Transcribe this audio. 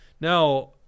now